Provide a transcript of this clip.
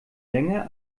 länger